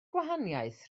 gwahaniaeth